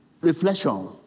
reflection